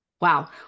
Wow